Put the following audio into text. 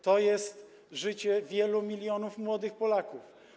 To jest życie wielu milionów młodych Polaków.